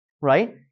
right